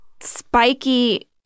spiky